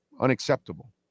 unacceptable